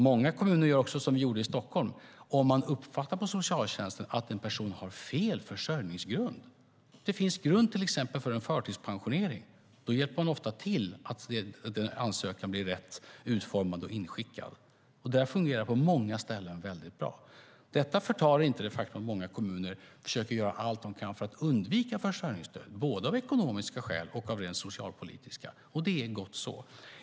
Många kommuner gör som vi gjorde i Stockholm - om man uppfattar på socialtjänsten att en person har fel försörjningsgrund och att det till exempel finns grund för en förtidspensionering hjälper man ofta till så att ansökan blir rätt utformad och inskickad. Detta fungerar på många ställen väldigt bra. Det här förtar inte det faktum att många kommuner försöker göra allt de kan för att undvika försörjningsstöd, både av ekonomiska och rent socialpolitiska skäl. Det är gott så.